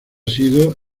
sido